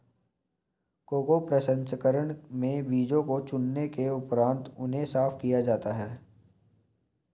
cocoa प्रसंस्करण में बीजों को चुनने के उपरांत उन्हें साफ किया जाता है